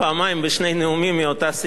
זה מוגזם, אפשר להימנע מזה.